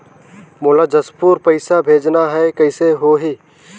मोला जशपुर पइसा भेजना हैं, कइसे होही?